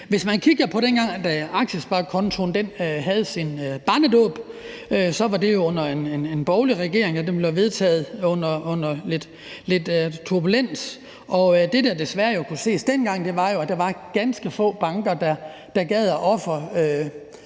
Hvis man kigger på, dengang aktiesparekontoen havde sin barnedåb, kan man se, at det var under en borgerlig regering, den blev vedtaget, under lidt turbulens, og det, der jo desværre kunne ses dengang, var, at der var ganske få banker, der gad at